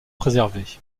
préservée